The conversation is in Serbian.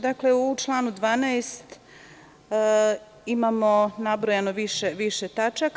Dakle, u članu 12. imamo nabrojano više tačaka.